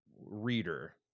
reader